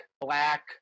black